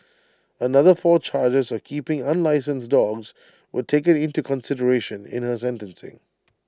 another four charges of keeping unlicensed dogs were taken into consideration in her sentencing